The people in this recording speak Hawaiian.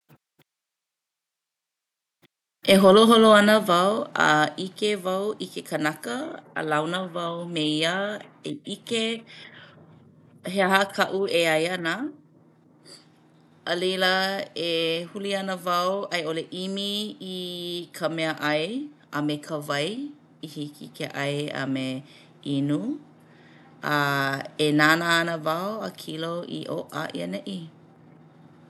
E holoholo ana wau a 'ike wau i ke kanaka a launa wau me ia i 'ike he aha ka'u e 'ai ana. A laila e huli ana wau a i 'ole 'imi i ka mea'ai a me ka wai i hiki ke 'ai a me inu. A e nānā ana wau a kilo i ʻō a i aneʻi.